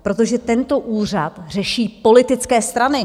Protože tento úřad řeší politické strany.